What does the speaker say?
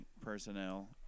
personnel